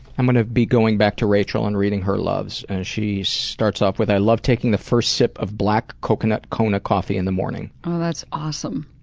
i'm gonna be going back to rachel and reading her loves, and she starts off with, i love taking the first sip of black coconut kona coffee in the morning. oh, that's awesome.